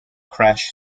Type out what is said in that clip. crash